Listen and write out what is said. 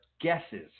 guesses